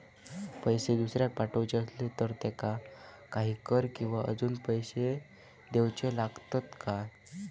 पैशे दुसऱ्याक पाठवूचे आसले तर त्याका काही कर किवा अजून पैशे देऊचे लागतत काय?